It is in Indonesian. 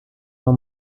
mau